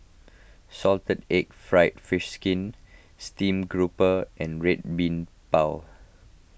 Salted Egg Fried Fish Skin Stream Grouper and Red Bean Bao